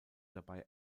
dabei